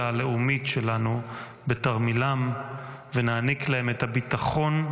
הלאומית שלנו בתרמילם ונעניק להם את הביטחון,